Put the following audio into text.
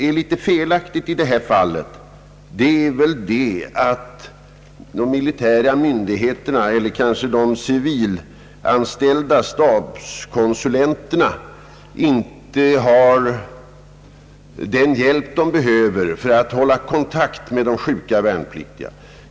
Det felaktiga i detta fall är väl att de militära myndigheterna eller kanske de civilanställda stabskonsulenterna inte har den hjälp de behöver för att hålla kontakt med de sjuka värnpliktiga.